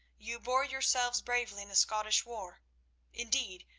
you bore yourselves bravely in the scottish war indeed,